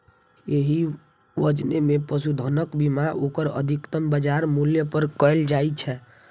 एहि योजना मे पशुधनक बीमा ओकर अधिकतम बाजार मूल्य पर कैल जाइ छै